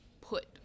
put